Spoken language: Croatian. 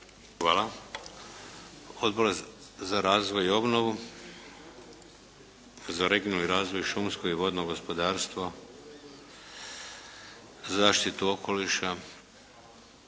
Hvala. Odbor za razvoj i obnovu? Za regionalni razvoj i šumsko i vodno gospodarstvo? Za zaštitu okoliša?